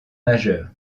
majeur